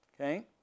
Okay